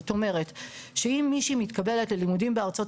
זאת אומרת שאם מישהי מתקבלת ללימודים בארצות